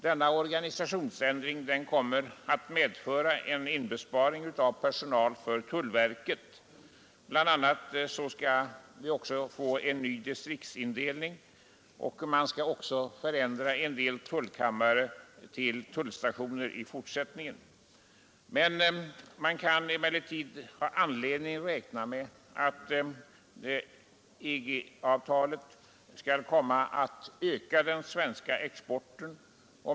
Denna organisationsförändring kommer att medföra en inbesparing av personal för tullverket. Bl. a. skall en ny distriktsindelning införas för verket, och en del tullkammare skall i fortsättningen övergå till tullstationer. Det finns emellertid anledning att räkna med att EG-avtalet skall komma att öka den svenska exporten.